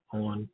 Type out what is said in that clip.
on